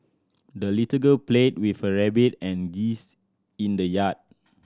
the little girl played with her rabbit and geese in the yard